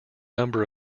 number